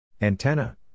Antenna